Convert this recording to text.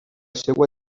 seva